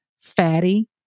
fatty